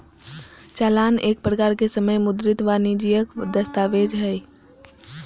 चालान एक प्रकार के समय मुद्रित वाणिजियक दस्तावेज हय